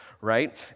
right